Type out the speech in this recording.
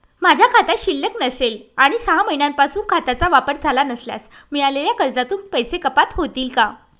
माझ्या खात्यात शिल्लक नसेल आणि सहा महिन्यांपासून खात्याचा वापर झाला नसल्यास मिळालेल्या कर्जातून पैसे कपात होतील का?